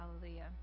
Hallelujah